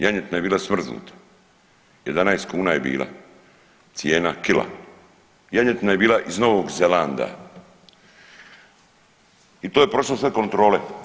Janjetina je bila smrznuta 11 kuna je bila cijena kila, janjetina je bila iz Novog Zelanda i to je prošlo sve kontrole.